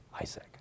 Isaac